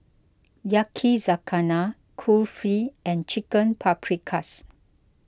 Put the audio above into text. Yakizakana Kulfi and Chicken Paprikas